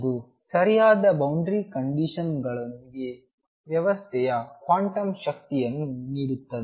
ಇದು ಸರಿಯಾದ ಬೌಂಡರಿ ಕಂಡೀಶನ್ಗಳೊಂದಿಗೆ ವ್ಯವಸ್ಥೆಯ ಕ್ವಾಂಟಮ್ ಶಕ್ತಿಯನ್ನು ನೀಡುತ್ತದೆ